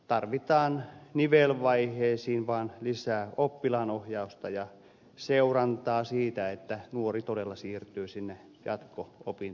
tarvitaan nivelvaiheisiin vain lisää oppilaanohjausta ja seurantaa siitä että nuori todella siirtyy sinne jatko opintopaikkaan